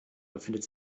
befindet